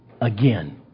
again